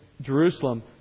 Jerusalem